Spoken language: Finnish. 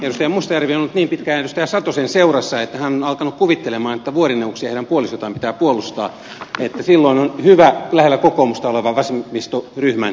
edustaja mustajärvi on ollut niin pitkään edustaja satosen seurassa että hän on alkanut kuvitella että vuorineuvoksia ja heidän puolisoitaan pitää puolustaa että silloin on hyvä lähellä kokoomusta oleva vasemmistoryhmän edustaja